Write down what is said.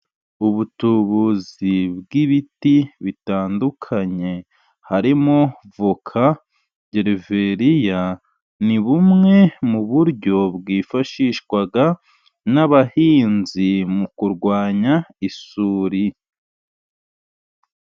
Ubutubuzi bw'ibiti bitandukanye, harimo avoka, geveriya, ni bumwe mu buryo bwifashishwa n'abahinzi mu kurwanya isuri.